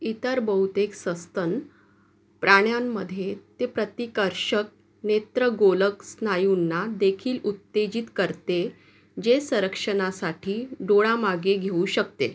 इतर बहुतेक सस्तन प्राण्यांमध्ये ते प्रतिकर्षक नेत्रगोलक स्नायूंना देखील उत्तेजित करते जे संरक्षणासाठी डोळा मागे घेऊ शकते